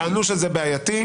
טענו שזה בעייתי.